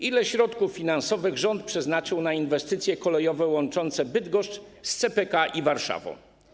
Ile środków finansowych rząd przeznaczył na inwestycje kolejowe łączące Bydgoszcz z CPK i Warszawą?